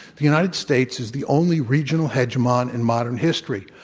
the united states is the only regional hegemon in modern history.